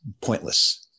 pointless